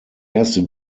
erste